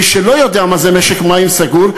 מי שלא יודע מה זה משק מים סגור,